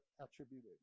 attributed